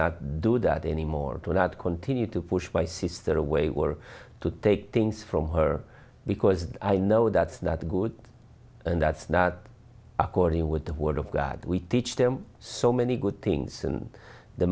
not do that anymore and i'd continue to push my sister away were to take things from her because i know that's not good and that's not according with the word of god we teach them so many good things and the